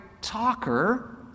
talker